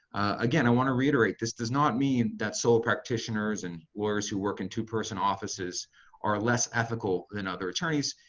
again i want to reiterate this does not mean that solo practitioners and lawyers who work in two-person offices are less ethical than other attorneys.